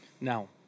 Now